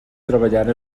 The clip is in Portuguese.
trabalhar